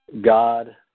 God